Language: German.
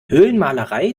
höhlenmalerei